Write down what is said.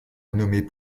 nommée